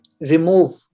remove